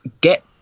get